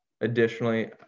Additionally